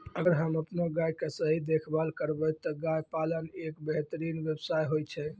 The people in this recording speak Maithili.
अगर हमॅ आपनो गाय के सही देखभाल करबै त गाय पालन एक बेहतरीन व्यवसाय होय छै